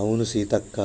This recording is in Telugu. అవును సీతక్క